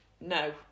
no